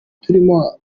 turimo